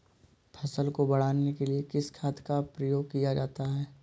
फसल को बढ़ाने के लिए किस खाद का प्रयोग किया जाता है?